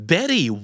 Betty